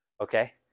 okay